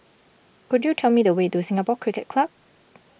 could you tell me the way to Singapore Cricket Club